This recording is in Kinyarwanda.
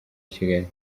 kigali